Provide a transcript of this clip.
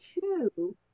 two